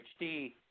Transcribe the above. HD